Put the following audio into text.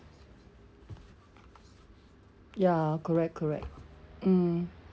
ya correct correct mm